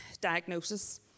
diagnosis